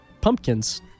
pumpkins